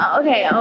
okay